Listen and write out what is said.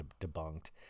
debunked